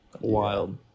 Wild